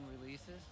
releases